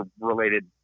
related